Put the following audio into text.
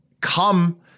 come